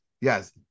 yes